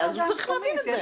הוא צריך להבין את זה.